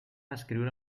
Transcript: escriure